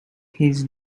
his